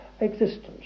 existence